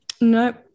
Nope